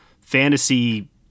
fantasy